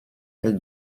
elle